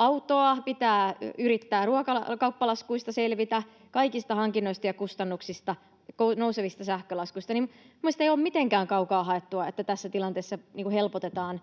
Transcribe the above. ja nousevista sähkölaskuista selvitä, kaikista hankinnoista ja kustannuksista — niin mielestäni ei ole mitenkään kaukaa haettua, että tässä tilanteessa helpotetaan